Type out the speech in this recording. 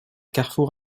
carrefour